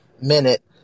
minute